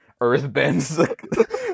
earthbends